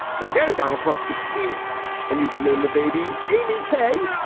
then again, a donald trump defeat and you can name the baby amy k,